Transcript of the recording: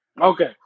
Okay